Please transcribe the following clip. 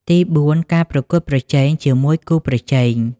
ទីបួន ការប្រកួតប្រជែងជាមួយគូប្រជែង។